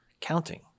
counting